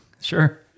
Sure